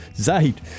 Zaid